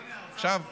הינה, האוצר פה.